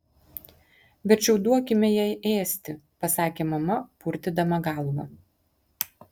verčiau duokime jai ėsti pasakė mama purtydama galvą